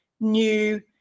new